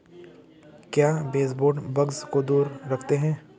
क्या baseboard bugs को दूर रखते हैं?